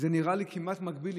זה נראה לי כמעט מקביל,